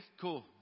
cool